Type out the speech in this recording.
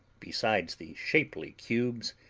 besides the shapely cubes,